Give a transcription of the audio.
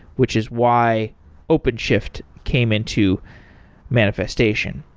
which is why openshift came into manifestation.